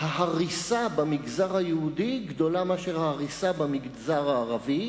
ההריסה במגזר היהודי גדולה מההריסה במגזר הערבי.